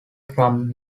from